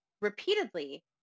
repeatedly